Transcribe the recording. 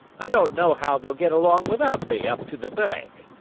i don't know how they'll get along without me up to the bank.